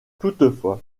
toutefois